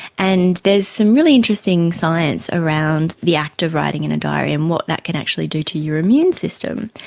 and there's some really interesting science around the act of writing in a diary and what that can actually do to your immune system.